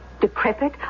decrepit